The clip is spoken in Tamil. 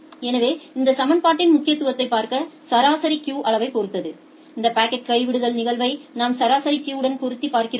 எனவே இந்த சமன்பாட்டின் முக்கியத்துவத்தைப் பார்க்க சராசரி கியூ அளவைப் பொறுத்து இந்த பாக்கெட் கைவிடுதல் நிகழ்தகவை நாம் சராசரி கியூ உடன் பொறுத்தி பார்க்கிறோம்